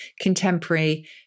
contemporary